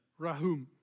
rahum